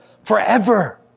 Forever